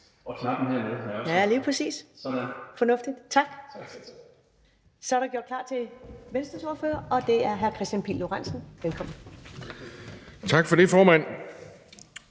Så er der gjort klar til Venstres ordfører, og det er hr. Kristian Pihl Lorentzen. Velkommen. Kl. 10:09 (Ordfører)